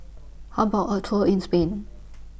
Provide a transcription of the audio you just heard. How about A Tour in Spain